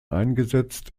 eingesetzt